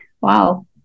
wow